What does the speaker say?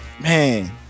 man